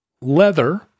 leather